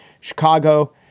Chicago